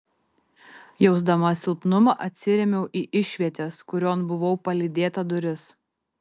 jausdama silpnumą atsirėmiau į išvietės kurion buvau palydėta duris